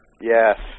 Yes